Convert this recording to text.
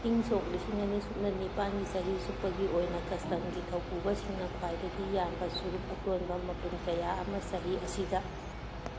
ꯏꯪ ꯁꯣꯛ ꯂꯤꯁꯤꯡ ꯑꯅꯤ ꯁꯨꯞꯅ ꯅꯤꯄꯥꯜꯒꯤ ꯆꯍꯤ ꯆꯨꯞꯄꯒꯤ ꯑꯣꯏꯅ ꯀꯁꯇꯝꯒꯤ ꯊꯧ ꯄꯨꯕꯁꯤꯡꯅ ꯈ꯭ꯋꯥꯏꯗꯒꯤ ꯌꯥꯝꯕ ꯆꯨꯔꯨꯞ ꯑꯇꯣꯟꯕ ꯃꯄꯨꯟ ꯀꯌꯥ ꯑꯃ ꯆꯍꯤ ꯑꯁꯤꯗ